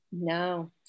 No